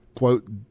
Quote